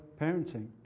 parenting